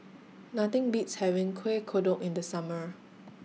Nothing Beats having Kueh Kodok in The Summer